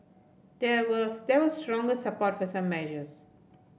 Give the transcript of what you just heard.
there were there was stronger support for some measures